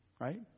Right